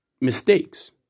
mistakes